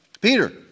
Peter